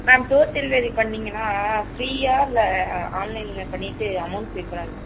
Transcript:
ma'am door delivery பண்ணிங்கன்னா ஃப்ரீயாக இல்லை ஆன்லைனில் பண்ணிவிட்டு அமௌண்ட் பே பண்ணனுமா மேம்